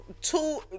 Two